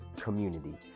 community